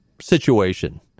situation